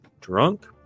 Drunk